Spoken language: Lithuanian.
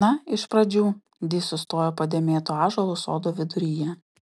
na iš pradžių di sustojo po dėmėtu ąžuolu sodo viduryje